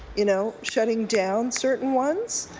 you know, shutting down certain ones.